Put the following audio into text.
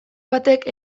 batek